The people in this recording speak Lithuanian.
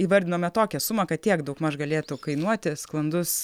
įvardinome tokią sumą kad tiek daugmaž galėtų kainuoti sklandus